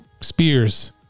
Spears